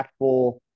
impactful